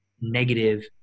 negative